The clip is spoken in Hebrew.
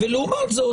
לעומת זאת,